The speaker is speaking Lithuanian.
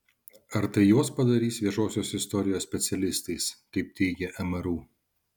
ar tai juos padarys viešosios istorijos specialistais kaip teigia mru